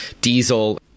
diesel